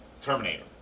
Terminator